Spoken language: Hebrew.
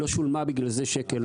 לא שולמה בגלל זה שקל.